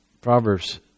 Proverbs